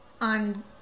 on